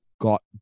got